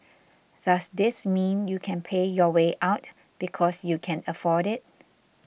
does this mean you can pay your way out because you can afford it